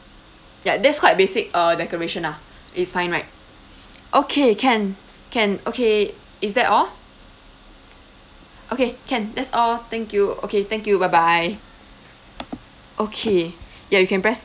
ya that's quite basic uh decoration lah it's fine right okay can can okay is that all okay can that's all thank you okay thank you bye bye okay ya you can press